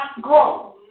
grow